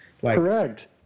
Correct